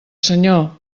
senyor